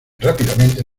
rápidamente